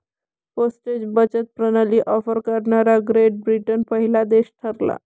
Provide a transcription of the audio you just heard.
postage बचत प्रणाली offer करणारा ग्रेट ब्रिटन पहिला देश ठरला